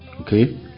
Okay